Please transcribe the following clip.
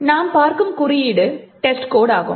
நாம் பார்க்கும் குறியீடு டெஸ்ட்கோட் ஆகும்